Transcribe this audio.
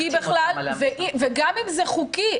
וגם אם זה חוקי,